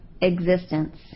existence